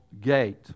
gate